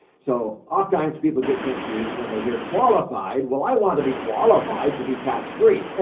so, oftentimes people get confused when they hear qualified. well, i want to be qualified to be tax-free.